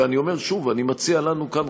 ואני אומר שוב: אני מציע לנו כאן,